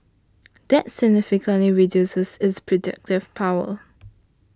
that significantly reduces its predictive power